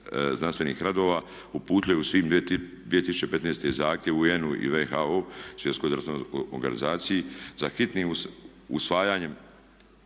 znanstvenih naroda upućuju svim 2015. zahtjev UN-u i WHO, Svjetskoj zdravstvenoj organizaciji za hitnim usvajanjem